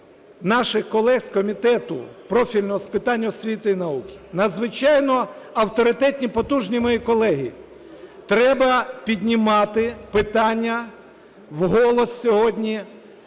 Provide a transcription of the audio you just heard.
наших колег з Комітету профільного з питань освіти і науки. Надзвичайно авторитетні і потужні мої колеги, треба піднімати питання вголос сьогодні